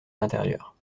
l’intérieur